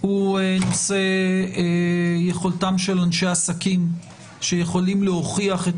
הוא נושא יכולתם של אנשי עסקים שיכולים להוכיח את